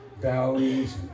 valleys